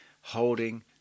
Holding